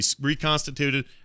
reconstituted